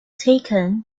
taken